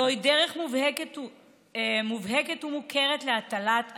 זוהי דרך מובהקת ומוכרת להטלת אלימות,